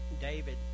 David